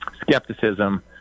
skepticism